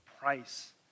price